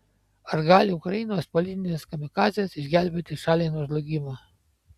ar gali ukrainos politinės kamikadzės išgelbėti šalį nuo žlugimo